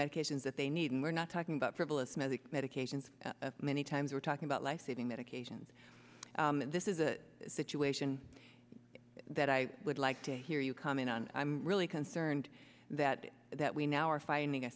medications that they need and we're not talking about frivolous most medications many times we're talking about life saving medications and this is a situation that i would like to hear you come in on i'm really concerned that that we now are finding a